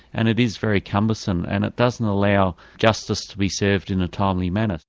and it is very cumbersome, and it doesn't allow justice to be served in a timely manner.